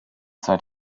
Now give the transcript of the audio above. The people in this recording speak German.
zeit